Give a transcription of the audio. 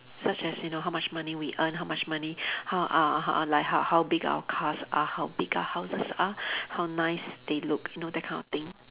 such as you know how much money we earn how much money how uh uh like how how big our cars are how big our houses are how nice they look you know that kind of thing